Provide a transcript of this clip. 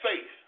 faith